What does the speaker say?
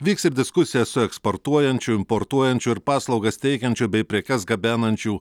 vyks ir diskusija su eksportuojančių importuojančių ir paslaugas teikiančių bei prekes gabenančių